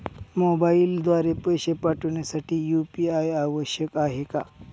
मोबाईलद्वारे पैसे पाठवण्यासाठी यू.पी.आय आवश्यक आहे का?